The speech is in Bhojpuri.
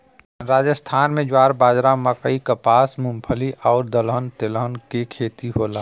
राजस्थान में ज्वार, बाजरा, मकई, कपास, मूंगफली आउर दलहन तिलहन के खेती होला